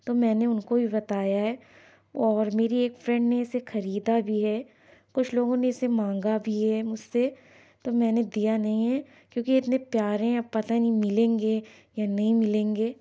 تو میں نے اُن کو یہ بتایا ہے اور میری ایک فرینڈ نے اِسے کھریدہ بھی ہے کچھ لوگوں نے اِسے مانگا بھی ہے مجھ سے تو میں نے دیا نہیں ہے کیونکہ یہ اتنے پیارے ہیں پتہ نہیں ملیں گے یا نہیں ملیں گے